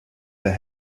that